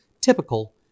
typical